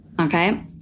okay